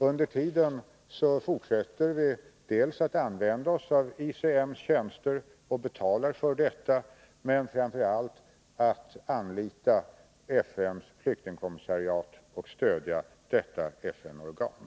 Under tiden fortsätter vi att använda oss av ICM:s tjänster — och betala för detta. Men framför allt anlitar och stödjer vi FN:s flyktingkommissariat.